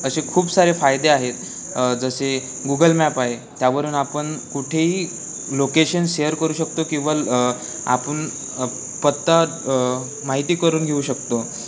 असे खूप सारे फायदे आहेत जसे गुगल मॅप आहे त्यावरून आपण कुठेही लोकेशन शेअर करू शकतो किंवा आपण पत्ता माहिती करून घेऊ शकतो